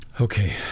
Okay